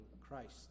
Christ